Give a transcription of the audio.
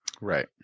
Right